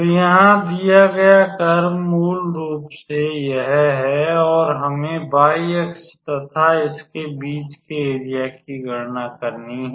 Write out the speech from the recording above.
तो यहाँ दिया गया कर्व मूल रूप से यह है और हमें y अक्ष तथा इसके बीच के एरिया की गणना करनी है